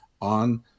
on